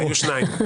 היו שניים.